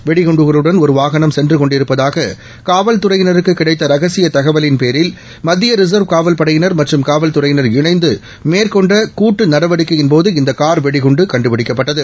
வெடிகுண்டுகளுடன் ஒரு வாகனம் சென்று கொண்டிருப்பதாக காவல்துறையினருக்கு கிடைத்த ரகசிய தகவலின் பேரில் மத்திய ரின்வ் காவல் படையினா மற்றும் காவல்துறையினா இணைந்து மேற்கொண்ட கூட்டு நடவடிக்கையின் போது இந்த கார் வெடிகுண்டு கண்டுபிடிக்கப்பட்டது